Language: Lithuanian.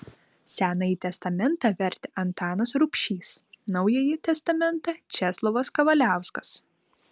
senąjį testamentą vertė antanas rubšys naująjį testamentą česlovas kavaliauskas